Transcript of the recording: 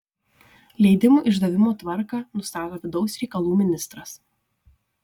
leidimų išdavimo tvarką nustato vidaus reikalų ministras